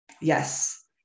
Yes